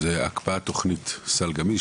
זה הקפאת תוכנית "סל גמיש",